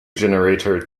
generator